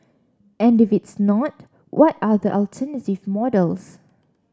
and if it's not what are the alternative models